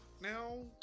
now